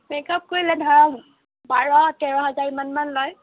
makeup কৰিলে ধৰা বাৰ তেৰ হাজাৰমানমান লয়